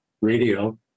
radio